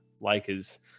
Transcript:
Lakers